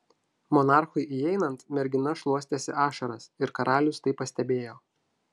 monarchui įeinant mergina šluostėsi ašaras ir karalius tai pastebėjo